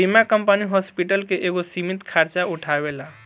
बीमा company hospital के एगो सीमित खर्चा उठावेला